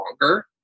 longer